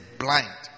blind